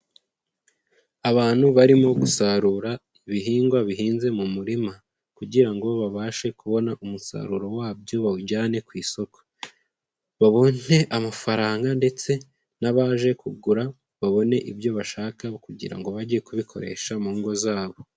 Abantu barimo gusarura ibihingwa bihinze mu murima kugira ngo babashe kubona umusaruro wabyo bawujyane ku isoko, babone amafaranga ndetse n'abaje kugura babone ibyo bashaka kugira ngo bajye kubikoresha mu ngo zabo.